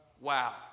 Wow